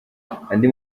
andi